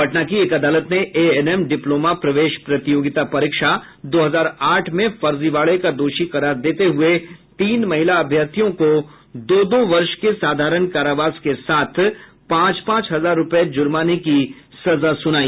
पटना की एक अदालत ने एएनएम डिप्लोमा प्रवेश प्रतियोगिता परीक्षा दो हजार आठ में फर्जीवाड़े का दोषी करार देते हुए तीन महिला अभ्यर्थियों को दो दो वर्ष के साधारण कारावास के साथ पांच पांच हजार रुपये जुर्माने की सजा सुनाई